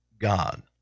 God